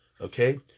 Okay